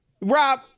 Rob